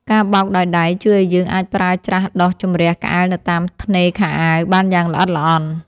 ការបោកដោយដៃជួយឱ្យយើងអាចប្រើច្រាសដុសជម្រះក្អែលនៅតាមថ្នេរខោអាវបានយ៉ាងល្អិតល្អន់។